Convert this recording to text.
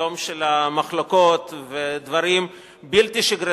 יום של מחלוקות ודברים בלתי שגרתיים,